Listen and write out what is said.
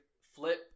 Flip